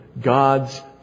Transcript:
God's